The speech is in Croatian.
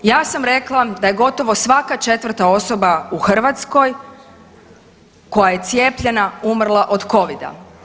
Ja sam rekla da je gotovo svaka 4. osoba u Hrvatskoj, koja je cijepljena, umrla od Covida.